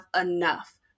enough